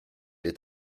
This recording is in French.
est